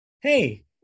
Hey